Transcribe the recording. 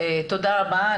תודה רבה.